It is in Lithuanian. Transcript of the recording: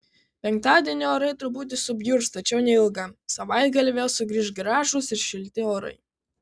penktadienį orai truputį subjurs tačiau neilgam savaitgalį vėl sugrįš gražūs ir šilti orai